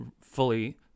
fully